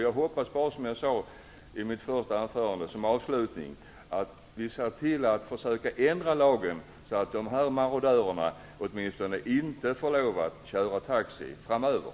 Jag hoppas bara, som jag sade i mitt första anförande, att vi ser till att försöka ändra lagen så att dessa marodörer åtminstone inte får köra taxi framöver.